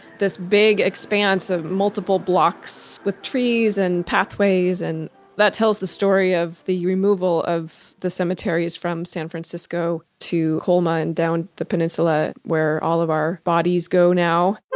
this big expanse of multiple blocks with trees and pathways and that tells the story of the removal of the cemeteries from san francisco to colma and down the peninsula where all of our bodies go now